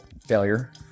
failure